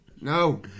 no